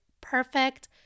perfect